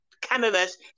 cameras